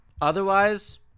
Otherwise